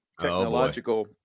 technological